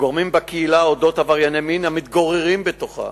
גורמים בקהילה על אודות עברייני מין המתגוררים בתוכה.